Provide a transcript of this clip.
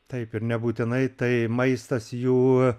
taip ir nebūtinai tai maistas jų